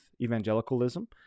evangelicalism